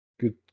good